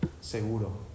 seguro